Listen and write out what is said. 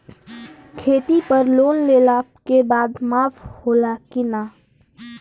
खेती पर लोन लेला के बाद माफ़ होला की ना?